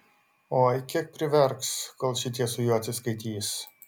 oi kiek priverks kol šitie su juo atsiskaitys